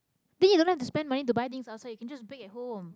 then you don't have to spend money to buy things outside you can just bake at home